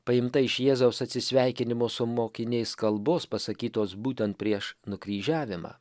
paimta iš jėzaus atsisveikinimo su mokiniais kalbos pasakytos būtent prieš nukryžiavimą